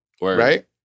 Right